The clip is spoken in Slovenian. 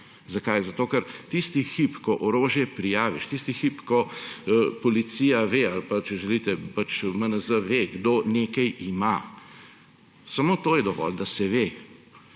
Zakaj? Zato ker tisti hip, ko orožje prijaviš, tisti hip, ko policija ve, ko MNZ ve, kdo nekaj ima − samo to je dovolj, da se ve